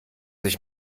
ich